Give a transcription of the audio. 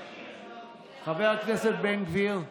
חבר הכנסת בן גביר.